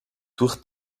durch